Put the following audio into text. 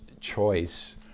choice